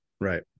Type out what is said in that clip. Right